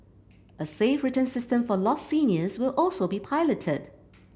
a safe return system for lost seniors will also be piloted